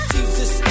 Jesus